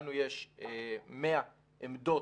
לנו יש 100 עמדות,